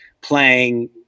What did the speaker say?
playing